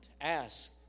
Ask